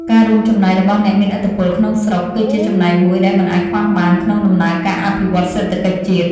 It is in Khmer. ការរួមចំណែករបស់អ្នកមានឥទ្ធិពលក្នុងស្រុកគឺជាចំណែកមួយដែលមិនអាចខ្វះបានក្នុងដំណើរការអភិវឌ្ឍសេដ្ឋកិច្ចជាតិ។